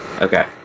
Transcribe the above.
Okay